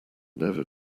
never